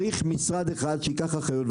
משרד אחד צריך לקחת אחריות,